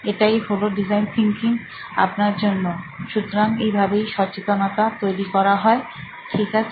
এটাই হলো design thinking আপনার জন্যসুতরাং এইভাবেই সচেতনতা তৈরি করা হয় ঠিক আছে